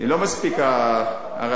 הרצון לא מספיק כנראה.